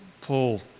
Paul